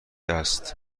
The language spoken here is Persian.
است